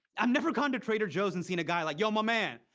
i've never gone to trader joe's and seen a guy like, yo my man,